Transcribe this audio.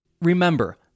Remember